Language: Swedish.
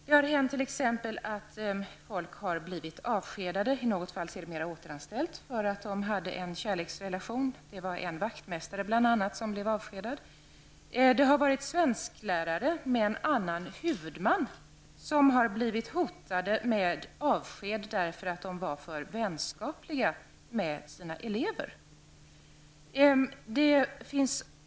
Det har hänt att människor har blivit avskedade -- i något fall sedermera återanställd -- för att de har haft en kärleksrelation. Det var bl.a. en vaktmästare som blev avskedad. Svensklärare med annan huvudman har blivit hotade med avsked för att de var för vänskapliga mot sina elever.